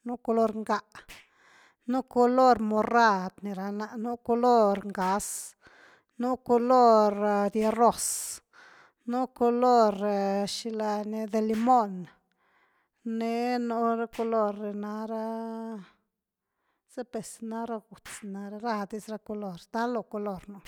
nu color nga’a, nu color morad ni rana, nu color ngaz, nu color diroz, nu color shilani de limon ni nura culor ni nara zi pes ni nara gutx, ni nara radis ra colory xtali lo colory nu’.